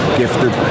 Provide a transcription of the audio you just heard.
gifted